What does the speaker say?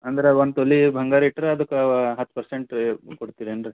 ಅಂದರೆ ಒಂದು ತೊಲೆ ಬಂಗಾರ ಇಟ್ಟರೆ ಅದುಕ್ಕೆ ಹತ್ತು ಪರ್ಸೆಂಟ್ ರೀ ಕೊಡ್ತಿರೇನು ರೀ